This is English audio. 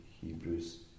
Hebrews